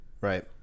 Right